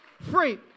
free